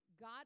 God